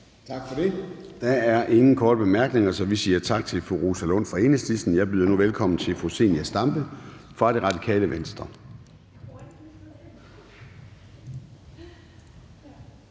Tak for det. Der er ingen korte bemærkninger, så vi siger tak til fru Rosa Lund fra Enhedslisten. Jeg byder nu velkommen til fru Zenia Stampe fra Radikale Venstre.